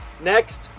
Next